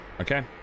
Okay